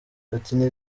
ati